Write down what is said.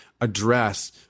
address